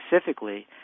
specifically